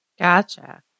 gotcha